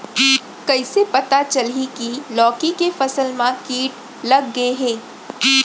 कइसे पता चलही की लौकी के फसल मा किट लग गे हे?